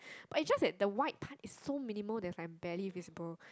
but is just that the white part is so minimal that is like barely visible